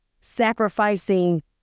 sacrificing